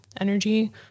energy